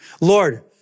Lord